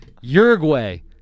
Uruguay